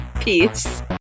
Peace